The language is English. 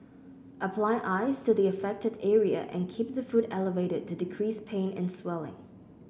apply ice to the affected area and keep the foot elevated to decrease pain and swelling